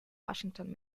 washington